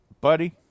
Buddy